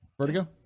Vertigo